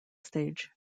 stage